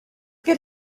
get